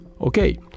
okay